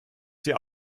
sie